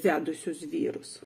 vedusius vyrus